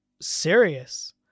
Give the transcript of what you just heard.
serious